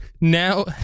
now